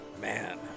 Man